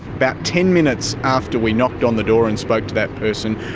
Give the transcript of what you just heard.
about ten minutes after we knocked on the door and spoke to that person,